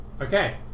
okay